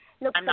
look